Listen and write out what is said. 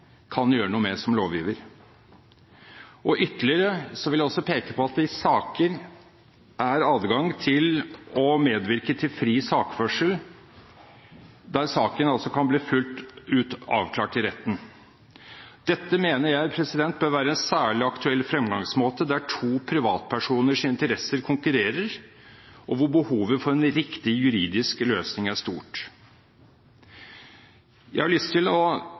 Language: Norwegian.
kan gjøre noe med som lovgiver. Ytterligere vil jeg peke på at det i saker er adgang til å medvirke til fri saksførsel, der saken kan bli fullt ut avklart i retten. Dette mener jeg bør være en særlig aktuell fremgangsmåte der to privatpersoners interesser konkurrerer, og hvor behovet for en riktig juridisk løsning er stort. Jeg har lyst til å